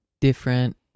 different